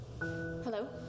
hello